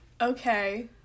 okay